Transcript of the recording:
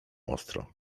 ostro